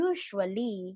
Usually